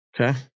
Okay